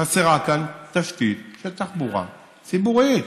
חסרה כאן תשתית של תחבורה ציבורית.